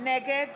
נגד